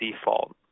default